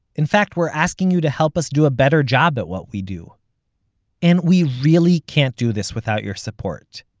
in fact, we're asking you to help us do a better job at what we do and we really can't do this without your support.